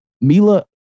Mila